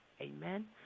Amen